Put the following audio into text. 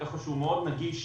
ככה שהוא מאוד נגיש